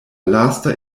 lasta